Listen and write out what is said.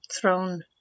throne